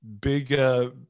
big